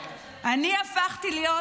אני הפכתי להיות